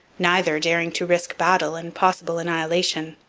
neither daring to risk battle and possible annihilation.